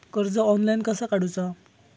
कर्ज ऑनलाइन कसा काडूचा?